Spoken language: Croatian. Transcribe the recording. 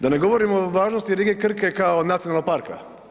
Da ne govorim o važnosti rijeke Krke kao nacionalnog parka.